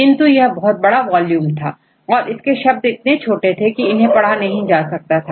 किंतु यह बहुत बड़ा वॉल्यूम था और इसमें शब्द इतने छोटे थे कि इन्हें पढ़ा नहीं जा सकता था